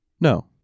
No